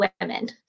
women